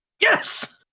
Yes